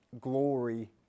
glory